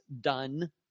done